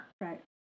Right